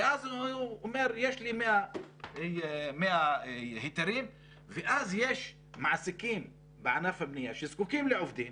הוא אומר שיש לו 100 היתרים ואז יש מעסיקים בענף הבנייה שזקוקים לעובדים